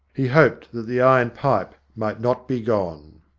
he hoped that the iron pipe might not be gone.